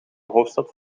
hoofdstad